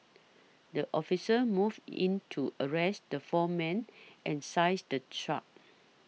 the officers moved in to arrest the four men and size the truck